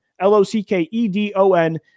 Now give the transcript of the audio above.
L-O-C-K-E-D-O-N